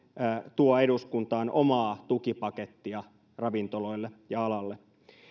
tuo eduskuntaan omaa tukipakettia ravintoloille ja alalle